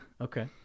Okay